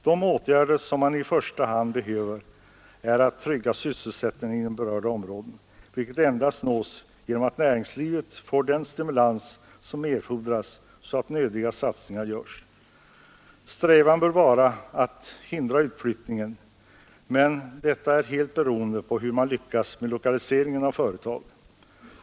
De åtgärder som man i första hand behöver vidta är att trygga sysselsättningen inom berörda områden vilket endast nås genom att näringslivet får den stimulans som erfordras, så att nödiga satsningar görs. Strävan bör vara att hindra utflyttningen, men detta är helt beroende på hur man lyckas med lokaliseringen av företag.